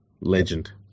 Legend